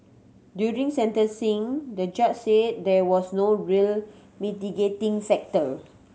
during sentencing the judge said there was no real mitigating factor